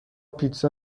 پیتزا